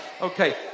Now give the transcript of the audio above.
Okay